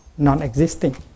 non-existing